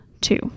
two